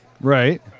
Right